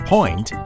Point